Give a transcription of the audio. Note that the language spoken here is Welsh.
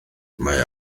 mae